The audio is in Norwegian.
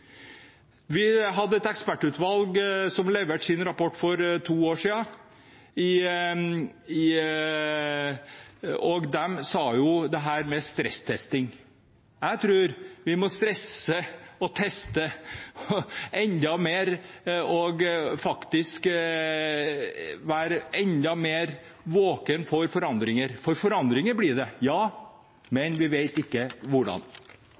med stresstesting. Jeg tror vi må stresse og teste enda mer og faktisk være enda mer årvåken for forandringer. For ja, forandringer blir det, men vi vet ikke hvordan.